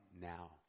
now